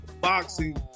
boxing